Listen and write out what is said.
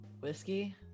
Whiskey